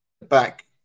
back